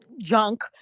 junk